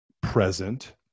present